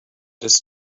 his